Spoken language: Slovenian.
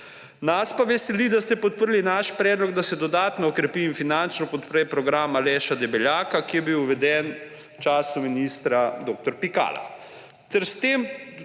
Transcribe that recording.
Nas pa veseli, da ste podprli naš predlog, da se dodatno okrepi in finančno podpre Program Aleša Debeljaka, ki je bil uveden v času ministra dr. Pikala,